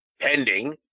pending